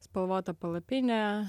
spalvota palapinė